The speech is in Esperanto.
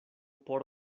por